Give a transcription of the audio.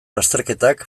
lasterketak